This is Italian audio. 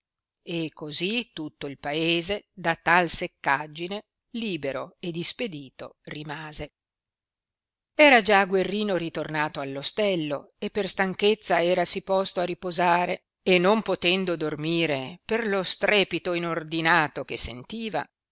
e così tutto il paese da tal seccagine libero ed ispedito rimase era già guerrino ritornato all ostello e per stanchezza erasi posto a ri posare e non potendo dormire per per lo strepito inordinato che sentiva